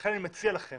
לכן אני מציע לכם